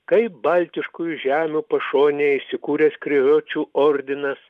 kaip baltiškųjų žemių pašonėje įsikūręs krijočių ordinas